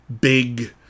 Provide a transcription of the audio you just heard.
Big